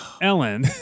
Ellen